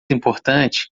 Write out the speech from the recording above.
importante